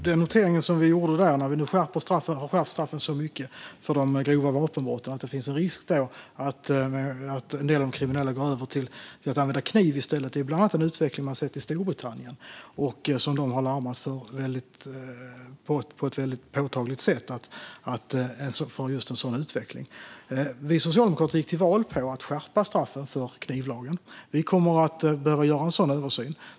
Fru talman! När vi nu har skärpt straffen för de grova vapenbrotten så mycket finns det en risk för att en del av de kriminella går över till att använda kniv i stället. Det är en utveckling som man bland annat har sett i Storbritannien. De har larmat påtagligt för just en sådan utveckling. Vi socialdemokrater gick till val på att skärpa straffen i knivlagen. Vi kommer att behöva göra en översyn.